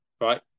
right